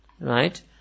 right